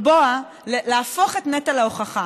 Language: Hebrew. ולהפוך את נטל ההוכחה: